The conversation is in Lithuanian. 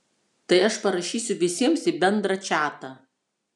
tai aš parašysiu visiems į bendrą čatą